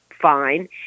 fine